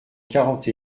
quarante